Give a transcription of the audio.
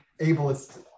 ableist